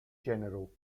general